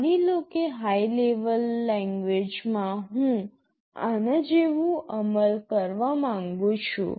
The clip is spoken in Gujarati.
માની લો કે હાઇ લેવલ લેંગ્વેજમાં હું આના જેવું અમલ કરવા માંગું છું